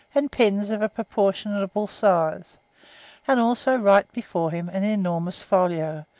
and pens of a proportionable size and also right before him an enormous folio,